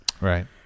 Right